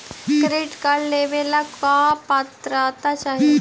Credit card लेवेला का पात्रता चाही?